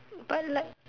but like